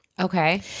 Okay